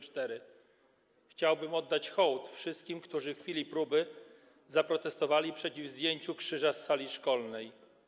Chciałbym oddać hołd wszystkim, którzy w chwili próby zaprotestowali przeciw zdjęciu krzyża z sali szkolnej.